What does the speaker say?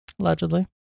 Allegedly